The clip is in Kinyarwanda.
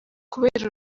kubera